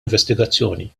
investigazzjoni